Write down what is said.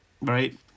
Right